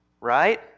Right